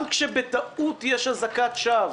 גם כשבטעות יש אזעקת שווא,